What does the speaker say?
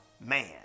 man